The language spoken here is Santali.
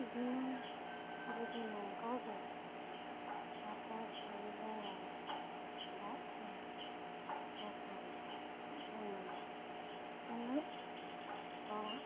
ᱫᱤᱱᱟᱹᱢ ᱡᱩᱫᱤ ᱱᱚᱝᱠᱟ ᱜᱮ ᱟᱥᱟᱲ ᱥᱟᱱ ᱵᱚᱸᱜᱟᱭ ᱫᱟᱜ ᱠᱮᱭᱟ ᱞᱮᱠᱷᱟᱱ ᱦᱩᱱᱟᱝ ᱩᱱᱟᱹᱜ ᱦᱚᱲᱟᱜ